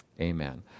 Amen